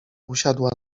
usiadła